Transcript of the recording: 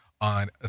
on